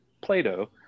Plato